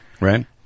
Right